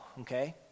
okay